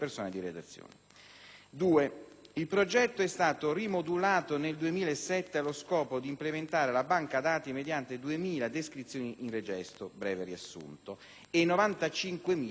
il progetto è stato rimodulato nel 2007 allo scopo di implementare la banca-dati mediante 2.000 descrizioni in regesto (breve riassunto)